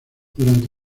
durante